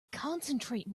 concentrate